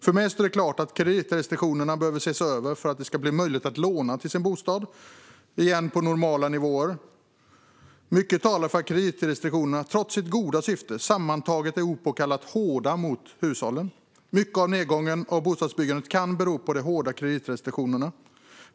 För mig står det klart att kreditrestriktionerna behöver ses över för att det återigen ska bli möjligt att låna för att köpa sin bostad på normala nivåer. Mycket talar för att kreditrestriktionerna, trots det goda syftet, sammantaget är opåkallat hårda mot hushållen. En stor del av nedgången i bostadsbyggandet kan bero på de hårda kreditrestriktionerna.